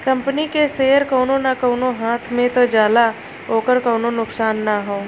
company के share कउनो न कउनो हाथ मे त जाला ओकर कउनो नुकसान ना हौ